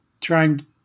trying